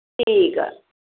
ਠੀਕ ਆ